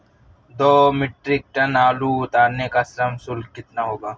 दो metric tonne आलू उतारने का श्रम शुल्क कितना होगा?